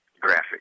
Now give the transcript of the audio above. graphic